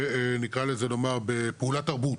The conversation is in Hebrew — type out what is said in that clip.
נאמר בפעולת תרבות,